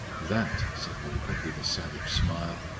that, said rupert, with a savage smile,